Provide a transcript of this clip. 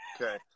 Okay